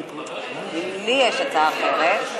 אם לי יש הצעה אחרת,